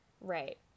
right